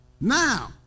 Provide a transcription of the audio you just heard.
Now